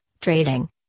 trading